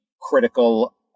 critical